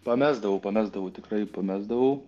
pamesdavau pamesdavau tikrai pamesdavau